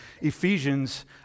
Ephesians